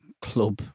club